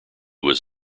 was